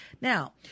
now